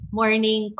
morning